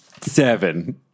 Seven